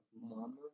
Mama